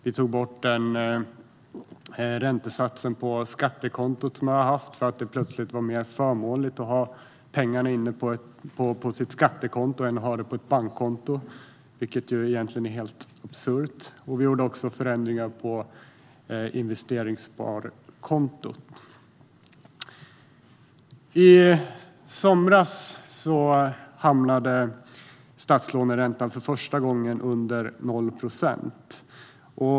Vi tog bort räntesatsen på skattekontot därför att det plötsligt var mer förmånligt att ha pengarna på skattekontot än på ett bankkonto, vilket egentligen är helt absurt, och vi gjorde förändringar i investeringssparkontot. I somras hamnade statslåneräntan för första gången under 0 procent.